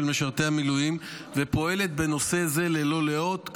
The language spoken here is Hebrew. משרתי המילואים ופועלת בנושא זה ללא לאות,